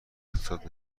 اقتصاد